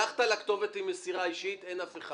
הלכת לכתובת עם מסירה אישית, ואין אף אחד.